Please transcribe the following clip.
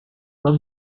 love